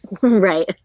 Right